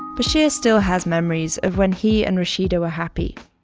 bashir still has memories of when he and rashida were happy,